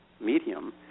medium